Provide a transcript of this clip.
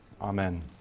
Amen